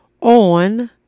on